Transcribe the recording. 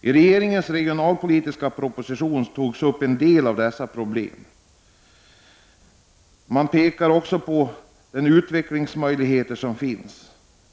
I regeringens regionalpolitiska proposition tas en del av dessa problem upp. Man pekar också på de utvecklingsmöjligheter som finns.